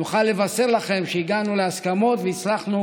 נוכל לבשר לכם שהגענו להסכמות ושהצלחנו